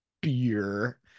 beer